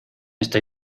estoy